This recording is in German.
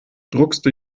druckste